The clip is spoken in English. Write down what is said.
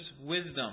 wisdom